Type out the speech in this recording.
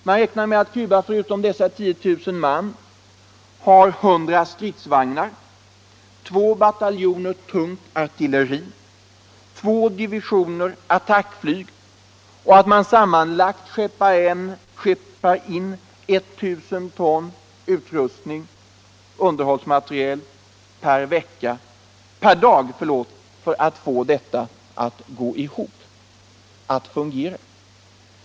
Man räknar med att Cuba förutom dessa 10 000 man i Angola har 100 stridsvagnar, två bataljoner tungt batteri, två divisioner attackflyg och att man sammanlagt skeppar in 1000 ton underhållsmateriel per dag för att få detta att fungera.